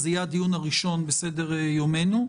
זה יהיה הדיון הראשון בסדר יומנו.